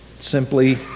simply